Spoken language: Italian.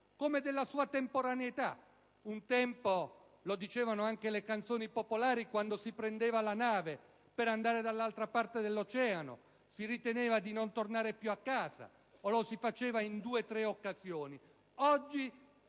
come della sua temporaneità: un tempo, come si diceva nelle canzoni popolari, quando si prendeva la nave per andare dall'altra parte dell'oceano si riteneva di non tornare più a casa o lo si faceva in due o tre occasioni